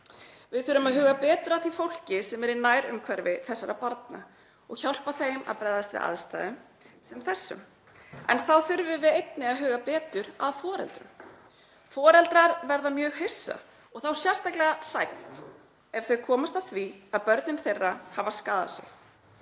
Við þurfum að huga betur að því fólki sem er í nærumhverfi þessara barna og hjálpa því að bregðast við aðstæðum sem þessum. En við þurfum einnig að huga betur að foreldrum. Foreldrar verða mjög hissa og þá sérstaklega hrædd ef þau komast að því að börnin þeirra hafi skaðað sig